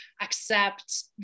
accept